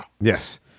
Yes